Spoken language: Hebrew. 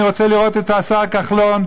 אני רוצה לראות את השר כחלון,